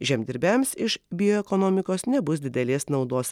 žemdirbiams iš bioekonomikos nebus didelės naudos